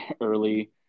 early